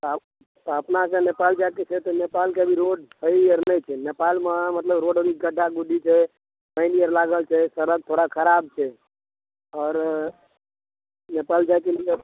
तऽ तऽ अपनाके नेपालक जाइके छै तऽ नेपालके अभी रोड क्लियर नहि छै नेपालमे मतलब रोड अभी गड्ढा गुड्ढी छै पानि आर लागल छै सड़क थोड़ा खराब छै आओर नेपाल जाइके लिए